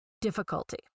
difficulty